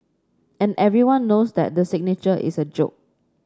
and everyone knows the signature is a joke